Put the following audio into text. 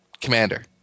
commander